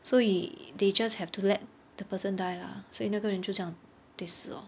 所以 they just have to let the person die lah 所以那个人就这样 just 死 lor